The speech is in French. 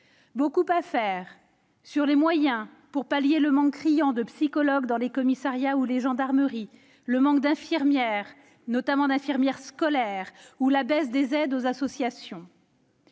Beaucoup à faire sur les moyens, pour pallier le manque criant de psychologues dans les commissariats ou les gendarmeries, le manque d'infirmières scolaires ou la baisse des aides aux associations